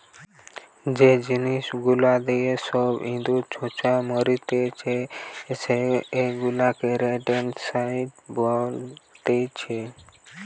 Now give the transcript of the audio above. যে জিনিস গুলা দিয়ে সব ইঁদুর, ছুঁচো মারতিছে সেগুলাকে রোডেন্টসাইড বলতিছে